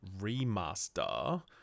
remaster